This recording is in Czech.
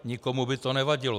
Nikomu by to nevadilo.